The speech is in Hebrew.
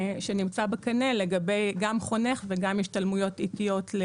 שנמצא בקנה ,לגבי חונך ולגבי השתלמויות עתיות.